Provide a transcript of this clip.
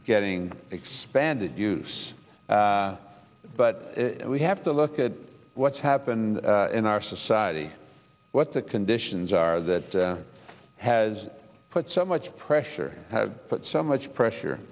getting expanded use but we have to look at what's happened in our society what the conditions are that has put so much pressure put so much pressure